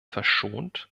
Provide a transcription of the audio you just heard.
verschont